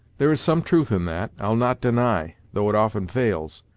there is some truth in that, i'll not deny, though it often fails.